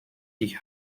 die